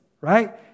right